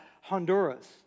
Honduras